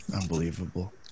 Unbelievable